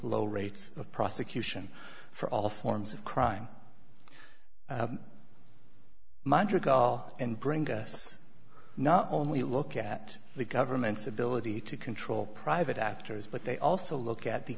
low rates of prosecution for all forms of crime and bring us not only look at the government's ability to control private actors but they also look at the